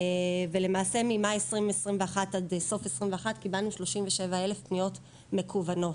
ולמעשה ממאי 2021 עד סוף 2021 קיבלנו 37,000 פניות מקוונות.